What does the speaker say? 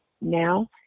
now